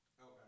Okay